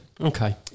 Okay